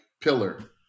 pillar